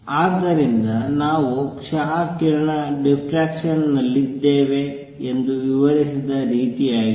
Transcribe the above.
ಆದ್ದರಿಂದ ನಾವು ಕ್ಷ ಕಿರಣ ಡಿಫ್ಫ್ರೆಕ್ಷನ್ ನಲ್ಲಿದ್ದೇವೆ ಎಂದು ವಿವರಿಸಿದ ರೀತಿಯಾಗಿದೆ